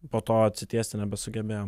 po to atsitiesti nebesugebėjom